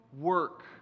work